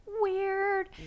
weird